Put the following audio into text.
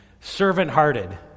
servant-hearted